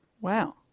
Wow